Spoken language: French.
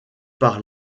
par